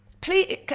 please